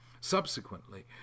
Subsequently